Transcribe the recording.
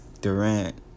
Durant